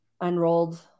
unrolled